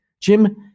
Jim